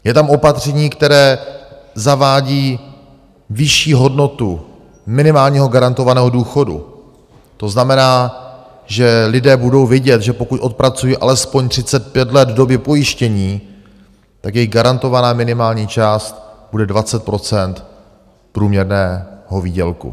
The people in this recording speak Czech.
Je tam opatření, které zavádí vyšší hodnotu minimálního garantovaného důchodu, to znamená, že lidé budou vědět, že pokud odpracují alespoň 35 let v době pojištění, tak jejich garantovaná minimální část bude 20 % průměrného výdělku.